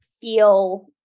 feel